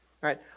right